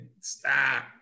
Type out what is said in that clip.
stop